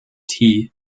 tea